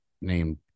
named